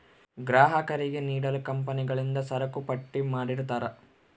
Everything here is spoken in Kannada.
ಗ್ರಾಹಕರಿಗೆ ನೀಡಲು ಕಂಪನಿಗಳಿಂದ ಸರಕುಪಟ್ಟಿ ಮಾಡಿರ್ತರಾ